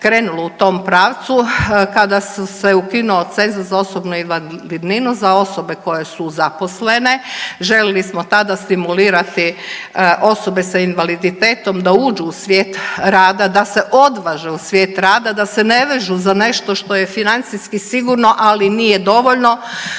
krenulo u tom pravcu kada se je ukinuo cenzus za osobnu invalidninu za osobe koje su zaposlene. Želili smo tada stimulirati osobe sa invaliditetom da uđu u svijet rada, da se odvaže u svijet rada, da se ne vežu za nešto što je financijski sigurno, ali nije dovoljno